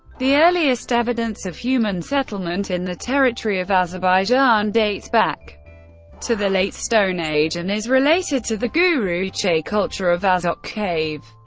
the earliest evidence of human settlement in the territory of azerbaijan dates back to the late stone age and is related to the guruchay culture of azokh cave.